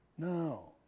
No